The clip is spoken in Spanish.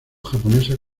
japonesa